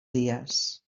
dies